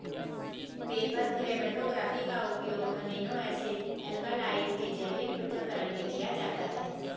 paper chromatography का उपयोग amino acid alkaloid के जैविक पृथक्करण में किया जाता है